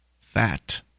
fat